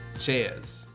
Cheers